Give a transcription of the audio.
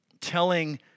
telling